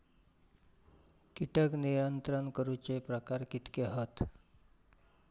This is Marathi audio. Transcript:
कीटक नियंत्रण करूचे प्रकार कितके हत?